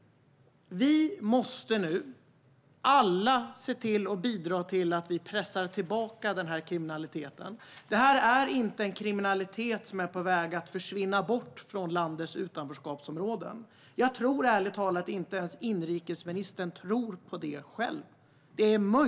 Vi måste nu alla se till att bidra till att pressa tillbaka kriminaliteten. Detta är inte en kriminalitet som är på väg att försvinna bort från landets utanförskapsområden. Jag tror ärligt talat att inte ens inrikesministern själv tror på det.